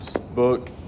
book